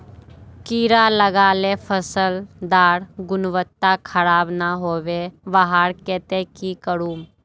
कीड़ा लगाले फसल डार गुणवत्ता खराब ना होबे वहार केते की करूम?